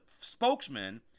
spokesman